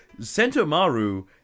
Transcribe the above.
Sentomaru